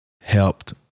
helped